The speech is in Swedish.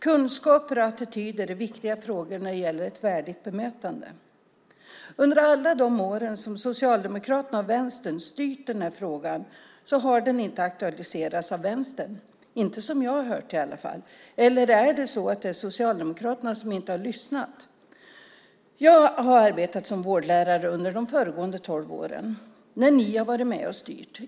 Kunskap och attityder är viktiga frågor när det gäller ett värdigt bemötande. Under alla de år som Socialdemokraterna och Vänstern har styrt den här frågan har den inte aktualiserats av Vänstern, inte som jag har hört i alla fall. Eller är det Socialdemokraterna som inte har lyssnat? Jag har arbetat som vårdlärare under de föregående tolv åren när ni var med och styrde.